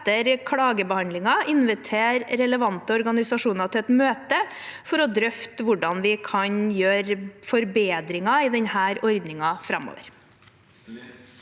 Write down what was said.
etter klagebehandlingen invitere relevante organisasjoner til et møte for å drøfte hvordan vi kan gjøre forbedringer i ordningen framover.